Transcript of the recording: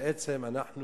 שבעצם אנחנו